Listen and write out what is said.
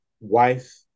Wife